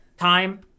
time